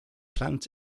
plant